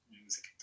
music